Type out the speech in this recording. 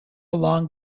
along